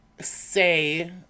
say